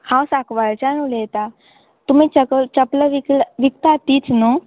हांव सांकवाळच्यान उलयतां तुमी चप चपलां विक विकता तीच न्हू